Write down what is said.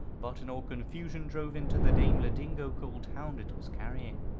but in all confusion drove into the daimler dingo called hound it was carrying.